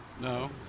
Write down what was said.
No